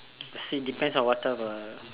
it depends on what type of uh